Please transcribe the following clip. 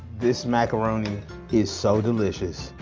this macaroni is so delicious.